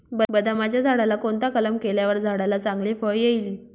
बदामाच्या झाडाला कोणता कलम केल्यावर झाडाला चांगले फळ येईल?